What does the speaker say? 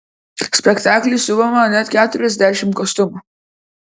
spektakliui siuvama net keturiasdešimt kostiumų